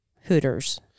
Hooters